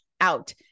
out